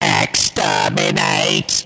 Exterminate